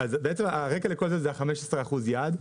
הרקע לכל זה, זה ה-15% יעד.